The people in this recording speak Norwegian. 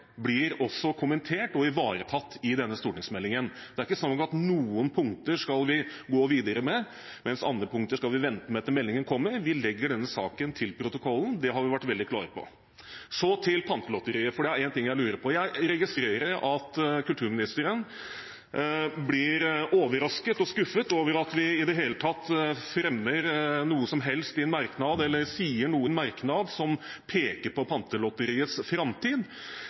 blir kommentert og ivaretatt i denne stortingsmeldingen. Det er ikke snakk om at vi skal gå videre med noen punkter, mens vi skal vente med andre punkter til meldingen kommer. Vi vedlegger denne saken protokollen. Det har vi vært veldig klare på. Så til Pantelotteriet, for det er en ting jeg lurer på: Jeg registrerer at kulturministeren blir overrasket og skuffet over at vi i det hele tatt fremmer noe som helst i en merknad, eller sier noe i en merknad, som peker på Pantelotteriets framtid.